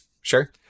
sure